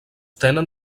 tenen